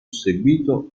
seguito